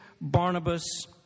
Barnabas